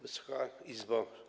Wysoka Izbo!